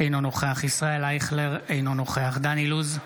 אינו נוכח ישראל אייכלר, אינו נוכח דן אילוז,